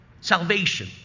Salvation